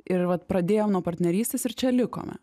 ir vat pradėjom nuo partnerystės ir čia likome